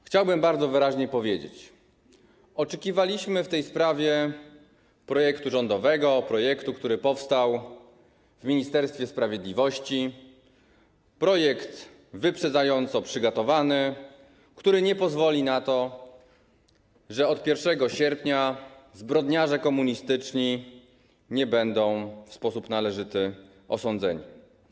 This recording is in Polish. Chciałbym bardzo wyraźnie powiedzieć: oczekiwaliśmy w tej sprawie projektu rządowego, projektu, który powstał w Ministerstwie Sprawiedliwości, projektu wyprzedzająco przygotowanego, który nie pozwoli na to, że od 1 sierpnia zbrodniarze komunistyczni nie będą w sposób należyty osądzeni.